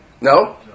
No